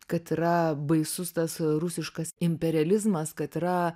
kad yra baisus tas rusiškas imperializmas kad yra